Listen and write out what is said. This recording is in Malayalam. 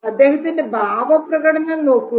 അദ്ദേഹത്തിന്റെ ഭാവ പ്രകടനം നോക്കൂ